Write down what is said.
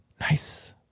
Nice